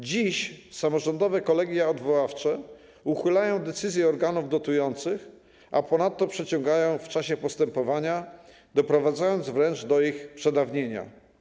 Dziś samorządowe kolegia odwoławcze uchylają decyzje organów dotujących, a ponadto przeciągają w czasie postępowania, doprowadzając wręcz do ich przedawnienia.